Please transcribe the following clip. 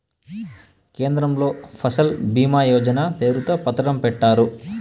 కేంద్రంలో ఫసల్ భీమా యోజన పేరుతో పథకం పెట్టారు